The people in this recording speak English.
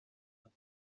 that